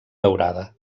daurada